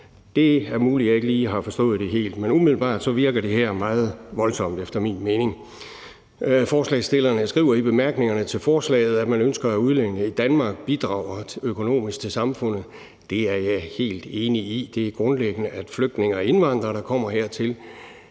Det er muligt, jeg ikke lige har forstået det helt, men umiddelbart virker det her meget voldsomt efter min mening. Forslagsstillerne skriver i bemærkningerne til forslaget, at man ønsker, at udlændinge i Danmark bidrager økonomisk til samfundet. Det er jeg helt enig i. Det er grundlæggende, at flygtninge og indvandrere, der kommer hertil,